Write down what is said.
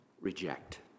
reject